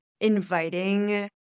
inviting